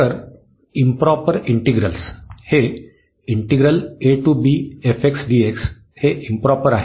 तर improper integral हे हे इंप्रॉपर आहे